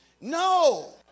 No